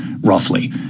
roughly